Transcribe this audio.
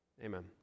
Amen